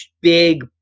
big